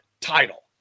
title